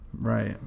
Right